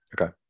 Okay